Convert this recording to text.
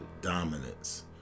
dominance